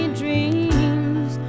dreams